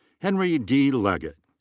henry d. legett.